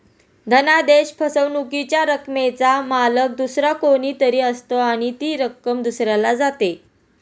धनादेश फसवणुकीच्या रकमेचा मालक दुसरा कोणी तरी असतो आणि ती रक्कम दुसऱ्याला जाते